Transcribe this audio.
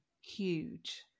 Huge